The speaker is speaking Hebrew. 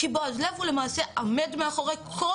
כי בועז לב הוא למעשה עומד מאחורי כל